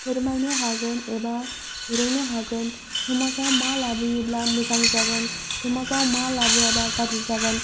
फोरमायनो हागोन एबा फोरोंनो हागोन समाजाव मा लाबोयोब्ला मोजां जागोन समाजाव मा लाबोआबा गाज्रि जागोन